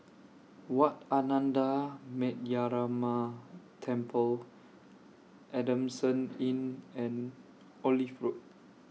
Wat Ananda Metyarama Temple Adamson Inn and Olive Road